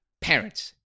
Parents